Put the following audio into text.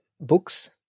books